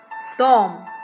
Storm